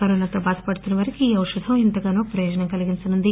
కరోనాతో బాధపడుతున్న వారికి ఈ ఔషధం ఎంతగానో ప్రయోజనం కలిగించనుంది